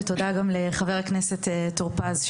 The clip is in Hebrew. תודה גם לחבר הכנסת טור פז,